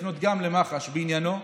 לפנות גם למח"ש בעניינו,